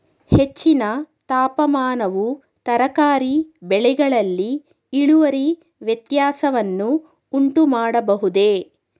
ಹೆಚ್ಚಿನ ತಾಪಮಾನವು ತರಕಾರಿ ಬೆಳೆಗಳಲ್ಲಿ ಇಳುವರಿ ವ್ಯತ್ಯಾಸವನ್ನು ಉಂಟುಮಾಡಬಹುದೇ?